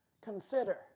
Consider